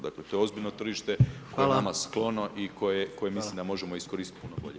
Dakle to je ozbiljno tržište [[Upadica predsjednik: Hvala.]] I nama sklono i koje mislim da možemo iskoristiti puno bolje.